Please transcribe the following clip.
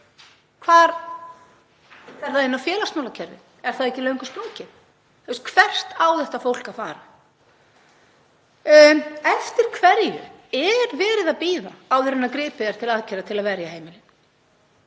Fer það inn á félagsmálakerfið? Er það ekki löngu sprungið? Hvert á þetta fólk að fara? Eftir hverju er verið að bíða áður en gripið er til aðgerða til að verja heimilin?